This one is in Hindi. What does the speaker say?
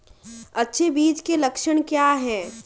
अच्छे बीज के लक्षण क्या हैं?